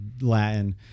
Latin